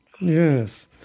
Yes